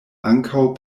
ankaŭ